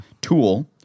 Tool